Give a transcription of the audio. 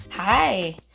Hi